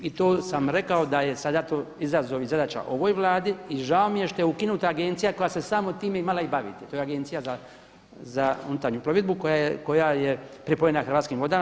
I tu sam rekao da je sada to izazov i zadaća ovoj Vladi i žao mi je što je ukinuta agencija koja se samo time imala i baviti, to je Agencija za unutarnju plovidbu koja je pripojena Hrvatskim vodama.